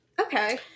Okay